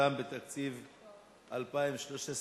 ומסוכן בתקציב 2013,